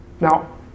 Now